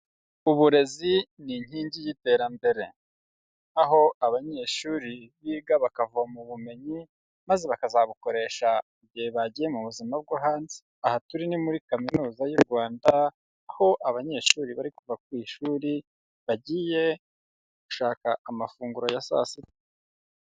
Uburezi ni inkingi y'iterambere. Aho abanyeshuri biga bakavoma ubumenyi maze bakazabukoresha igihe bagiye mu buzima bwo hanze. Aha turi ni muri Kaminuza y'u Rwanda, aho abanyeshuri bari kuva ku ishuri, bagiye gushaka amafunguro ya saa sita.